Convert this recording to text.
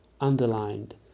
underlined